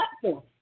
platform